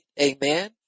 Amen